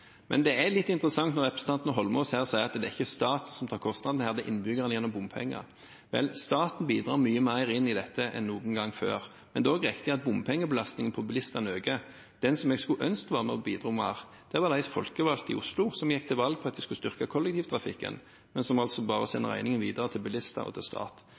Det er litt interessant at representanten Eidsvoll Holmås sier at det ikke er staten som tar kostnadene her, det er innbyggerne gjennom bompenger. Vel, staten bidrar mye mer inn i dette enn noen gang før, men det er også riktig at bompengebelastningen på bilistene øker. De som jeg skulle ønske var med og bidro mer, er de folkevalgte i Oslo, som gikk til valg på at de skulle styrke kollektivtrafikken, men som bare sender regningen videre til bilister og til stat.